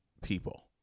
people